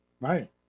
Right